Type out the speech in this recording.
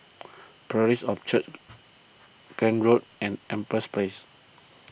Parish of Christ Road and Empress Place